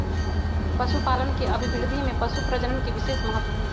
पशुपालन के अभिवृद्धि में पशुप्रजनन के विशेष महत्त्व हई